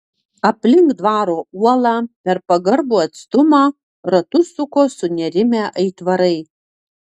aplink dvaro uolą per pagarbų atstumą ratus suko sunerimę aitvarai